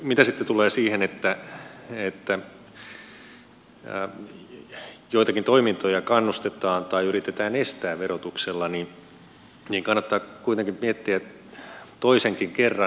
mitä sitten tulee siihen että joitakin toimintoja kannustetaan tai yritetään estää verotuksella niin kannattaa kuitenkin miettiä toisenkin kerran